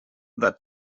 that